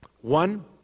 One